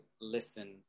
listen